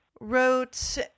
wrote